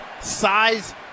Size